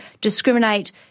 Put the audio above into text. discriminate